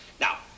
Now